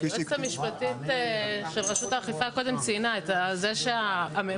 היועצת המשפטית של רשות האכיפה והגבייה ציינה קודם את זה שמחירי